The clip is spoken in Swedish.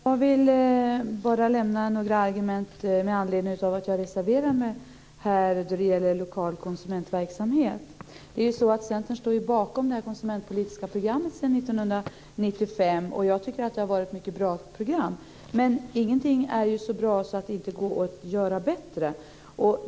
Fru talman! Jag vill bara lämna några argument med anledning av att jag har reserverat mig när det gäller lokal konsumentverksamhet. Centern står ju bakom det konsumentpolitiska programmet sedan 1995, som jag tycker är ett mycket bra program. Men ingenting är ju så bra att det inte går att göra bättre.